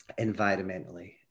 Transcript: environmentally